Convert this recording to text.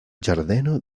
ĝardeno